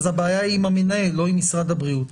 אז הבעיה היא עם המנהל ולא עם משרד הבריאות.